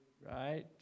right